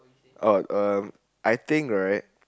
oh uh I think right